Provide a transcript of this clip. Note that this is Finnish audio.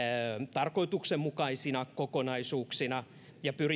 tarkoituksenmukaisina kokonaisuuksina ja